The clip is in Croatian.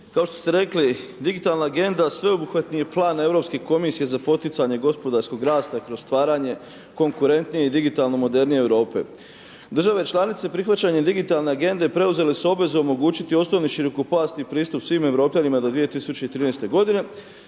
kao što ste rekli digitalna Agenda sveobuhvatni je plan Europske komisije za poticanje gospodarskog rasta i kroz stvaranje konkurentnije i digitalno modernije Europe. Države članice prihvaćanjem digitalne Agende preuzele su obvezu omogućiti osnovni širokopojasni pristup svim Europljanima do 2013. godine,